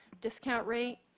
discount rate,